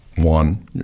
one